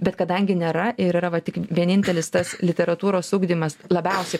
bet kadangi nėra ir yra va tik vienintelis tas literatūros ugdymas labiausiai